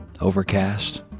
overcast